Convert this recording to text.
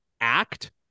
act